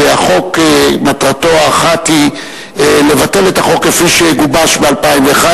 החוק מטרתו האחת היא לבטל את החוק כפי שגובש ב-2001